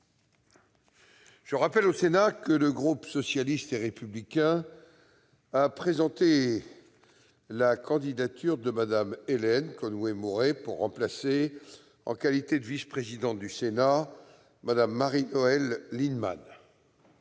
Je rappelle au Sénat que le groupe socialiste et républicain a présenté la candidature de Mme Hélène Conway-Mouret pour remplacer, en qualité de vice-présidente du Sénat, Mme Marie-Noëlle Lienemann.